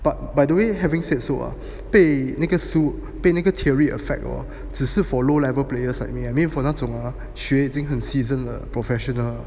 but by the way having said so 被那个书被那个 theory affect or 只是 for low level players like me I mean for 那种啊学已经很 seasonal professional